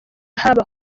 haba